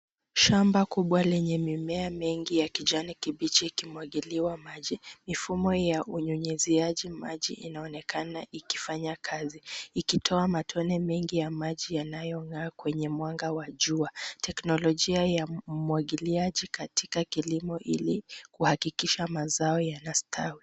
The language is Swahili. Shamba kubwa lenye mimea mingi ya kijani kibichi ikimwagiliwa maji, mifumo ya unyunyuziaji maji inaonekana ikifanya kazi, ikitoa matone mengi ya maji yanayong'aa kwenye mwanga wa jua. Teknolojia ya umwagiliaji katika kilimo hili huakikisha mazao yana stawi.